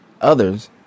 Others